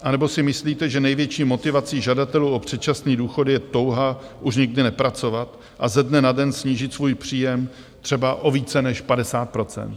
Anebo si myslíte, že největší motivací žadatelů o předčasný důchod je touha už nikdy nepracovat a ze dne na den snížit svůj příjem třeba o více než 50 %?